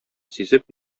сизеп